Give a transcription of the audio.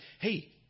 hey